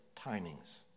timings